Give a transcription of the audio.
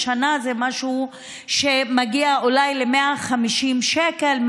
בשנה זה משהו שמגיע אולי ל-150 שקל,